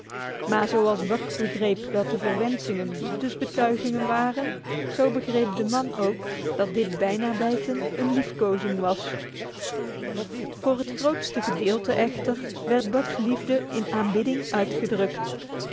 maar zoals buck begreep dat de verwensingen liefdesbetuigingen waren zo begreep de man ook dat dit bijna bijten een liefkozing was voor het grootste gedeelte echter werd buck's liefde in aanbidding uitgedrukt